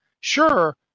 Sure